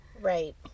Right